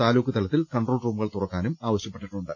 താലൂക്ക് തലത്തിൽ കൺട്രോൾ റൂമുകൾ തുറക്കാനും ആവശ്യപ്പെ ട്ടിട്ടുണ്ട്